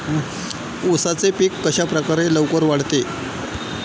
उसाचे पीक कशाप्रकारे लवकर वाढते?